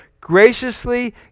graciously